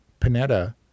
Panetta